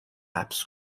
حبس